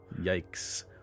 Yikes